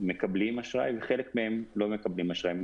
מקבלים אשראי וחלק מהם לא מקבלים אשראי.